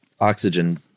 oxygen